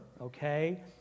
okay